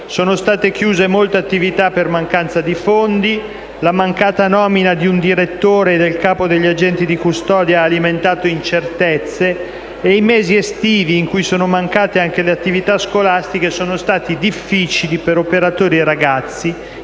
Sono state chiuse molte attività per mancanza di fondi; la mancata nomina di un direttore e del capo degli agenti di custodia ha alimentato incertezze e i mesi estivi, in cui sono mancate anche le attività scolastiche, sono stati difficili per operatori e ragazzi;